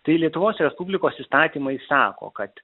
tai lietuvos respublikos įstatymai sako kad